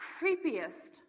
creepiest